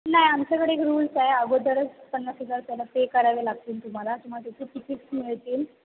नाही आमच्याकडे एक रूल्स आहे अगोदरच पन्नास हजार त्याला पे करावे लागतील तुम्हाला तुम्हाला त्याचे टिकिट्स मिळतील